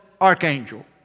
archangel